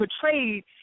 portrayed